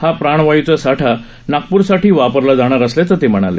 हा प्राणवायुचा सा ा नागप्रसा ी वापरला जाणार असल्याचं ते म्हणाले